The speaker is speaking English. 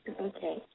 Okay